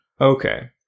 Okay